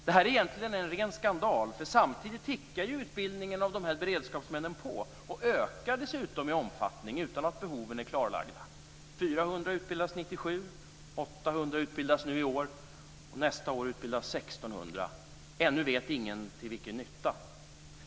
Detta är egentligen en ren skandal - samtidigt tickar ju utbildningen av dessa beredskapsmän på och ökar dessutom i omfattning utan att behoven är klarlagda. 400 utbildades 1997, 800 utbildas nu i år och nästa år utbildas 1 600. Ännu vet ingen till vilken nytta.